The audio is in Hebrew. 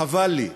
חבל לי,